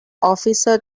officer